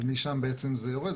ומשם בעצם זה יורד.